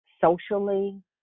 socially